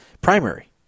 primary